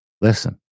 Listen